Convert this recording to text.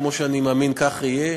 אני מאמין שכך יהיה.